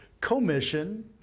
commission